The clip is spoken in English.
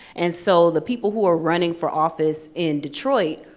and so, the people who are running for office in detroit,